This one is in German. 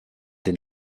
den